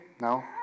No